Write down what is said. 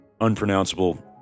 unpronounceable